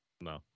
No